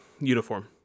uniform